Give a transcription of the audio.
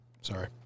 Sorry